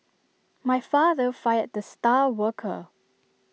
my father fired the star worker